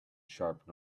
sharp